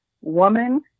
woman